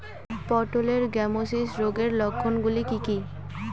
পটলের গ্যামোসিস রোগের লক্ষণগুলি কী কী?